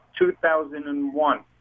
2001